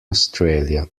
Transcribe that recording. australia